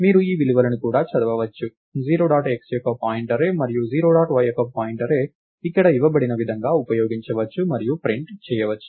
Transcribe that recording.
మీరు ఈ విలువలను కూడా చదవవచ్చు 0 డాట్ x యొక్క పాయింట్ అర్రే మరియు 0 డాట్ y యొక్క పాయింట్ అర్రే ఇక్కడ ఇవ్వబడిన విధంగా ఉపయోగించవచ్చు మరియు ప్రింట్ చేయవచ్చు